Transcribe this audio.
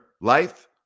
life